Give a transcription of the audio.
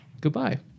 Goodbye